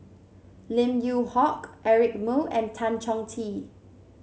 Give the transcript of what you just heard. Lim Yew Hock Eric Moo and Tan Chong Tee